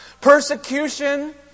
Persecution